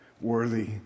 Worthy